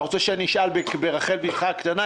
אתה רוצה שאשאל ברחל בתך הקטנה?